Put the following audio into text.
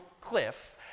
cliff